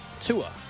Tua